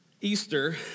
Easter